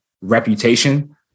reputation